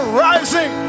rising